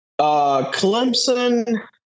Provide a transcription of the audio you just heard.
Clemson